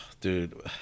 Dude